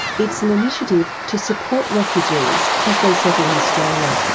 it's an initiative to support refugees as they settle in australia.